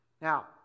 Now